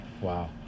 Wow